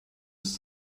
ist